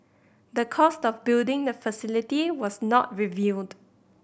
the cost of building the facility was not revealed